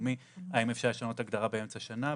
הלאומי האם אפשר לשנות הגדרה באמצע שנה,